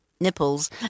nipples